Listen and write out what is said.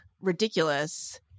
ridiculous